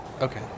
Okay